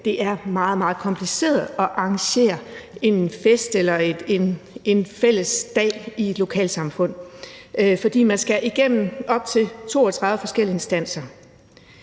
meget, meget kompliceret at arrangere en fest eller en fælles dag i et lokalsamfund, fordi man skal igennem op til 32 forskellige instanser.